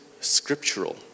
scriptural